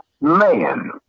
man